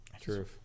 True